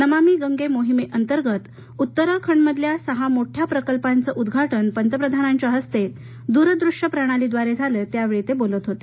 नमामि गंगे मोहिमे अंतर्गत उत्तराखंडमधल्या सहा मोठ्या प्रकल्पांचे उद्वाटन पंतप्रधानांच्या हस्ते दूरदृष्य प्रणालीद्वारे झालं त्यावेळी ते बोलत होते